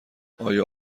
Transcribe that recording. آیا